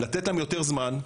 לתת להם יותר זמן.